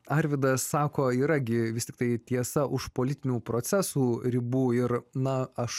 arvydas sako yra gi vis tiktai tiesa už politinių procesų ribų ir na aš